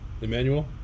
Emmanuel